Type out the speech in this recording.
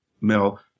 Mel